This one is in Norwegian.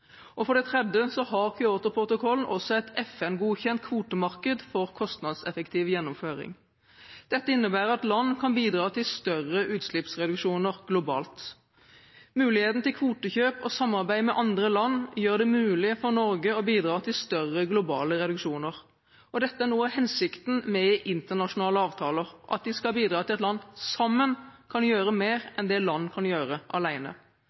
klimaavtale. For det tredje har Kyotoprotokollen også et FN-godkjent kvotemarked for kostnadseffektiv gjennomføring. Dette innebærer at land kan bidra til større utslippsreduksjoner globalt. Muligheten til kvotekjøp og samarbeid med andre land gjør det mulig for Norge å bidra til større globale reduksjoner. Dette er noe av hensikten med internasjonale avtaler – at de skal bidra til at land sammen kan gjøre mer enn det land kan gjøre